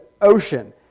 ocean